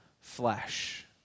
flesh